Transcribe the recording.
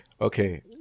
okay